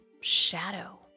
shadow